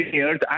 years